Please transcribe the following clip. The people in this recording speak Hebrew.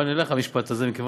המשפט הזה מכוון אליך,